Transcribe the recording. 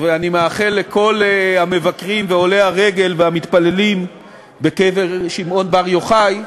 ואני מאחל לכל המבקרים ועולי הרגל והמתפללים בקבר שמעון בר יוחאי,